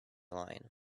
line